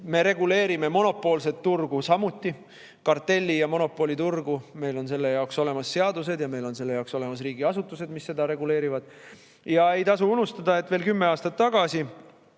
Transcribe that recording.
Me reguleerime monopoolset turgu samuti, kartelli‑ ja monopoliturgu, meil on selle jaoks olemas seadused ja meil on selle jaoks olemas riigiasutused, mis seda reguleerivad. Ja ei tasu unustada, et veel kümme aastat tagasi